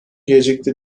gelecekte